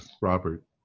Robert